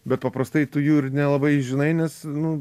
bet paprastai tu jų ir nelabai žinai nes nu